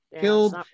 killed